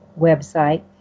website